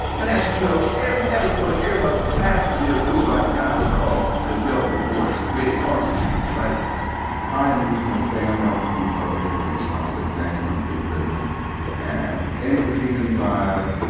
and as you know, every episode of ear hustle has to be approved by the guy we call the velvet voice, red carpet treatment, right i am lieutenant sam robinson, the public information officer at san quentin state prison and into season five,